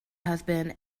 husband